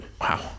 wow